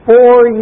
four